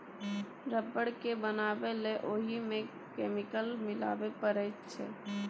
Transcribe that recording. rubber केँ बनाबै लेल ओहि मे केमिकल मिलाबे परैत छै